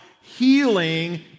Healing